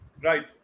Right